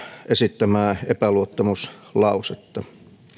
esittämää epäluottamuslausetta